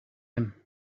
him